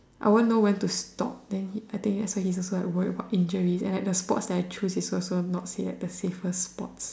I won't know when to stop then I think that's why he's also worried about injuries and like the sports that I choose is also not say like the safest sports